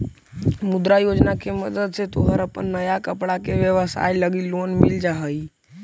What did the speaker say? मुद्रा योजना के मदद से तोहर अपन नया कपड़ा के व्यवसाए लगी लोन मिल जा हई